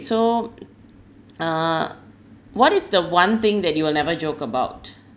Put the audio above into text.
so err what is the one thing that you will never joke about